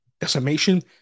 decimation